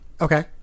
Okay